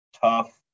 tough